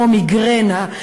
כמו מיגרנה.